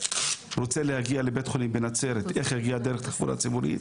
יגיע לבית החולים בנצרת בעזרת תחבורה ציבורית?